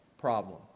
problem